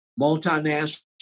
multinational